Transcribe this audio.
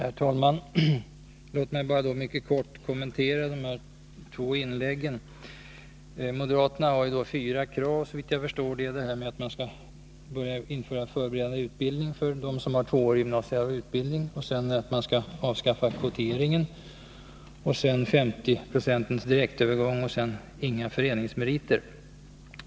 Herr talman! Låt mig bara mycket kort kommentera de två senaste inläggen. Moderaterna har fyra krav, såvitt jag förstår. Det gäller det här med att man skall införa förberedande utbildning för dem som har tvåårig gymnasieutbildning, att man skall avskaffa kvoteringen, att den s.k. garantin för direktövergång höjs till 50 96 och att det inte skall vara några föreningsmeriter.